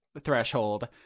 threshold